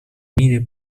мире